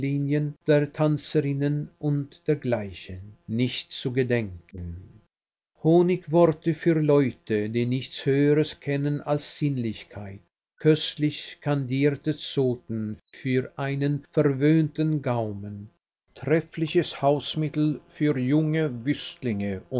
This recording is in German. der tänzerinnen u dgl nicht zu gedenken honigworte für leute die nichts höheres kennen als sinnlichkeit köstlich kandierte zoten für einen verwöhnten gaumen treffliches hausmittel für junge